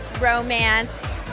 romance